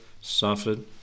suffered